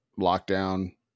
lockdown